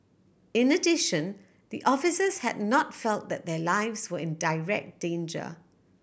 in addition the officers had not felt that their lives were in direct danger